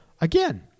again